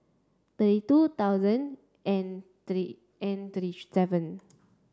thirty two thousand and thirty and thirty seven